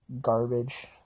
garbage